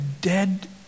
dead